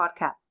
Podcast